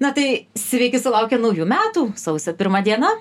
na tai sveiki sulaukę naujų metų sausio pirma diena